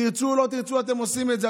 תרצו או לא תרצו, אתם עושים את זה.